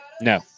no